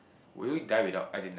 will you die without as in